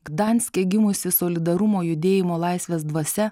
gdanske gimusi solidarumo judėjimo laisvės dvasia